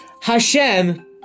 Hashem